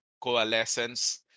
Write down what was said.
coalescence